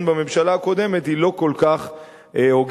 בממשלה הקודמת היא לא כל כך הוגנת.